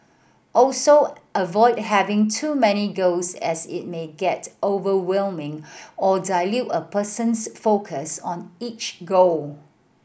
also avoid having too many goals as it may get overwhelming or dilute a person's focus on each goal